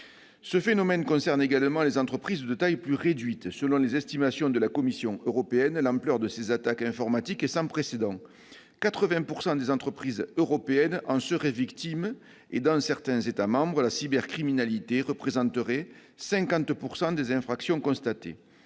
Ce phénomène touche également les entreprises de taille plus réduite. Selon les estimations de la Commission européenne, l'ampleur de ces attaques informatiques est sans précédent : 80 % des entreprises européennes en seraient victimes. Dans certains États membres, la cybercriminalité représenterait 50 % des infractions constatées.